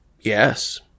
Yes